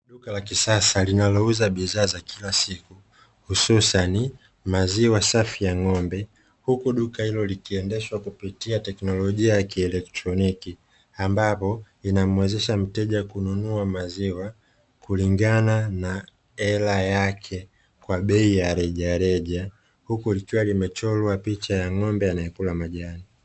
Duka la kisasa linalouza bidhaa za kila siku hususani maziwa safi ya ng’ombe huku duka hilo likiendeshwa kupitia teknolojia ya kielektroniki ambapo inamuwezesha mteja kununua maziwa kulingana na hela yake kwa bei ya reja reja, huku likiwa limechorwa picha ya ng’ombe anayekula majani.